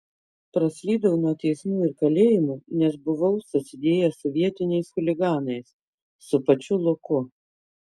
praslydau nuo teismų ir kalėjimų nes buvau susidėjęs su vietiniais chuliganais su pačiu luku